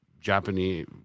Japanese